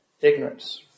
Ignorance